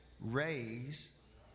raise